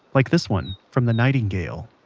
like this one, from the nightingale